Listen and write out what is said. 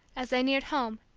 as they neared home,